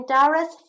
Doris